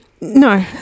No